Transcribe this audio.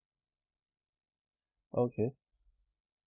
okay